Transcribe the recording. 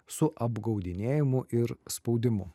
su apgaudinėjimu ir spaudimu